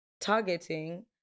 targeting